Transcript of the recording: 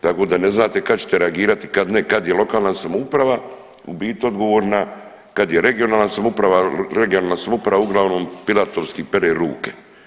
Tako da ne znate kad ćete reagirati, kad ne, kad je lokalna samouprava u biti odgovorna, kad je regionalna samouprava jer regionalna samouprava uglavnom pilatovski pere ruke.